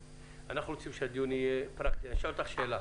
אנחנו רוצים שהדיון יהיה פרקטי ואני אשאל אותך שאלה.